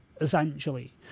essentially